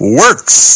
works